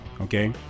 Okay